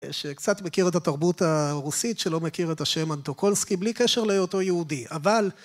שקצת מכיר את התרבות הרוסית, שלא מכיר את השם אנטוקולסקי בלי קשר להיותו יהודי, אבל